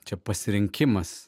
čia pasirinkimas